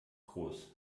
groß